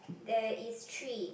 there is three